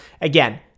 again